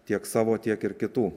tiek savo tiek ir kitų